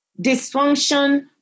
Dysfunction